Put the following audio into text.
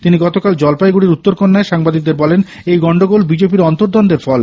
তিনি গতকাল জলপাইগুড়ির উত্তরকন্যায় সাংবাদিকদের বলেন এই গন্ডগোল বিজেপি র অন্তর্দ্বন্দ্বের ফল